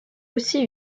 aussi